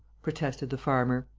protested the farmer.